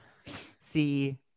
See